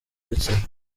bitsina